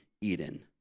Eden